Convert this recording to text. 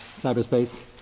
cyberspace